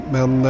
Men